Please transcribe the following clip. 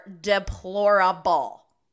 deplorable